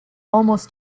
almost